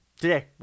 today